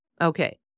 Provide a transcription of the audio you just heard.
Okay